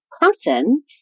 person